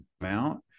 amount